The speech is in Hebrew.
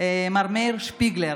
מר מאיר שפיגלר,